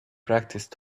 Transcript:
practice